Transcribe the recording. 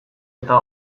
eta